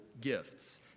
gifts